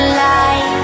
light